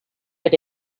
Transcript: but